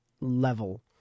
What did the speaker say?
level